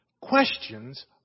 questions